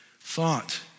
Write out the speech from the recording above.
thought